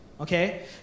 Okay